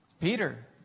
Peter